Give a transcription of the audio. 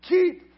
Keep